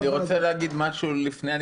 אני רוצה להגיד משהו לפני כן.